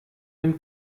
dem